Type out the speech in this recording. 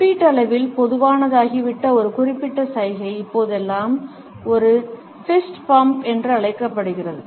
ஒப்பீட்டளவில் பொதுவானதாகிவிட்ட ஒரு குறிப்பிட்ட சைகை இப்போதெல்லாம் ஒரு ஃபிஸ்ட் பம்ப் என்று அழைக்கப்படுகிறது